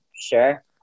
Sure